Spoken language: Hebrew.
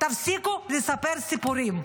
תפסיקו לספר סיפורים.